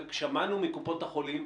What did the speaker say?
ושמענו מקופות החולים,